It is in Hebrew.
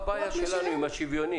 זו הבעיה שלנו, עם השוויוני.